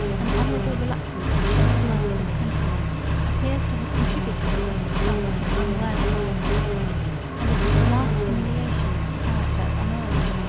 an honorable reluctance to shed the blood of his countrymen appears to have contributed to the success of his unworthy rival and it is the last humiliation of the character of honorius,